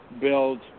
build